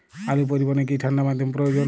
আলু পরিবহনে কি ঠাণ্ডা মাধ্যম প্রয়োজন?